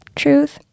truth